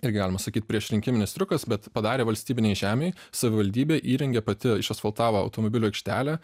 irgi galima sakyt priešrinkiminis triukas bet padarė valstybinėj žemėj savivaldybė įrengė pati išasfaltavo automobilių aikštelę